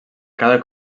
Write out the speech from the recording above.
cada